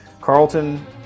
Carlton